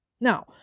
Now